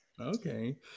Okay